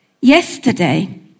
Yesterday